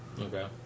okay